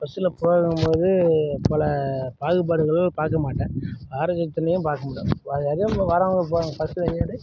பஸ்ல போகும்போது பல பாகுபாடுகள் பார்க்க மாட்டேன் பாரபட்சமே பார்க்க மாட்டேன் அதே மாதிரி வரவங்க போகிறவங்க பஸ்ல ஏற